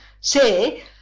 say